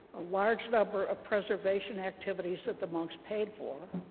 a large number of preservation activities that the monks paid for.